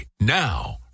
Now